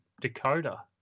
Dakota